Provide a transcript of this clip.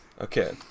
Okay